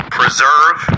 preserve